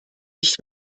nicht